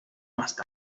más